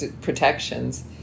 protections